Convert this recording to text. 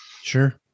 Sure